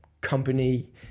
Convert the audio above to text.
company